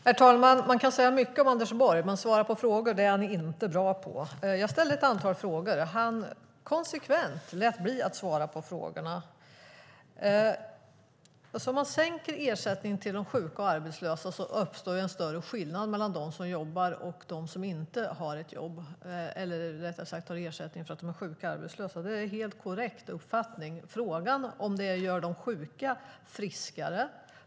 Herr talman! Man kan säga mycket om Anders Borg, men svara på frågor är han inte bra på. Jag ställde ett antal frågor. Han lät konsekvent bli att svara på frågorna. Om man sänker ersättningen till de sjuka och arbetslösa uppstår en större skillnad mellan dem som jobbar och dem som inte har ett jobb eller, rättare sagt, som har ersättning för att de är sjuka eller arbetslösa. Det är en helt korrekt uppfattning. Frågan är om det gör de sjuka friskare.